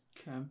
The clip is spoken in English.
okay